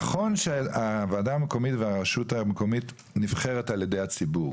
נכון שהוועדה המקומית והרשות המקומית נבחרת על ידי הציבור